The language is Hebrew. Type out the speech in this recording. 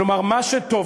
כלומר מה שטוב,